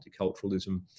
multiculturalism